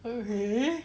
okay